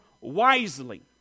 wisely